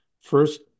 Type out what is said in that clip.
first